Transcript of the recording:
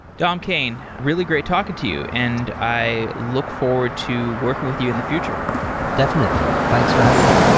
dom kane, really great talking to you, and i look forward to working with you in the future definitely. thanks for having me